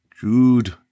Jude